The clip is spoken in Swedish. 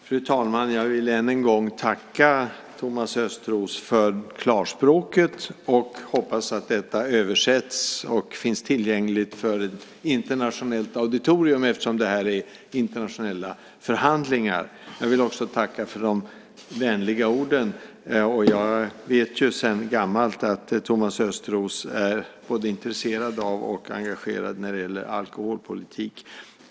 Fru talman! Jag vill än en gång tacka Thomas Östros för klarspråket och hoppas att detta översätts och finns tillgängligt för internationellt auditorium, eftersom det här gäller internationella förhandlingar. Jag vill också tacka för de vänliga orden. Jag vet ju sedan gammalt att Thomas Östros är både intresserad av och engagerad i alkoholpolitik.